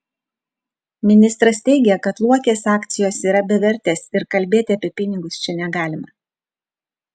ministras teigė kad luokės akcijos yra bevertės ir kalbėti apie pinigus čia negalima